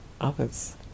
others